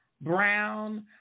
Brown